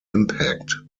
impact